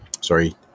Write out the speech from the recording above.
sorry